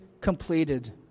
completed